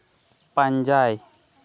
ᱯᱟᱸᱡᱟᱭ